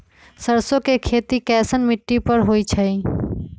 सरसों के खेती कैसन मिट्टी पर होई छाई?